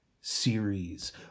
series